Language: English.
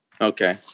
Okay